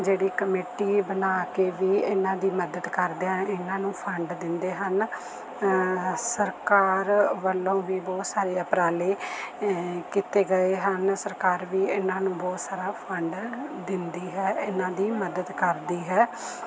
ਜਿਹੜੀ ਕਮੇਟੀ ਬਣਾ ਕੇ ਵੀ ਇਨ੍ਹਾਂ ਦੀ ਮਦਦ ਕਰਦੇ ਹਨ ਇਨ੍ਹਾਂ ਨੂੰ ਫੰਡ ਦਿੰਦੇ ਹਨ ਸਰਕਾਰ ਵਲੋਂ ਵੀ ਬਹੁਤ ਸਾਰੇ ਉਪਰਾਲੇ ਕੀਤੇ ਗਏ ਹਨ ਸਰਕਾਰ ਵੀ ਇਨ੍ਹਾਂ ਨੂੰ ਬਹੁਤ ਸਾਰਾ ਫੰਡ ਦਿੰਦੀ ਹੈ ਇਨ੍ਹਾਂ ਦੀ ਮਦਦ ਕਰਦੀ ਹੈ